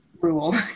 rule